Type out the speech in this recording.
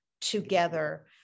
together